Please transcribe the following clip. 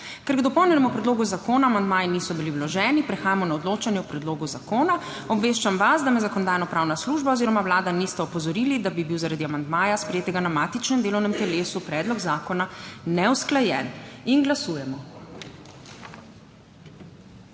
Ker k dopolnjenemu predlogu zakona amandmaji niso bili vloženi, prehajamo na odločanje o predlogu zakona. Obveščam vas, da me Zakonodajno-pravna služba oziroma Vlada nista opozorili, da bi bil zaradi amandmaja, sprejetega na matičnem delovnem telesu, predlog zakona neusklajen. Glasujemo.